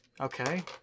Okay